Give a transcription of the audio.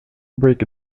break